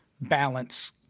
balance